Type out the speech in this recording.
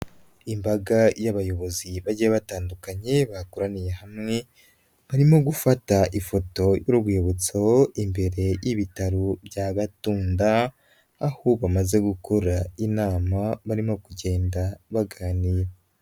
Imbaga y'abayobozi bagiye batandukanye bakoraniye hamwe, barimo gufata ifoto y'urwibutso imbere y'ibitaro bya Gatunda, aho bamaze gukora inama barimo kugenda baganira.